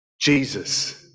Jesus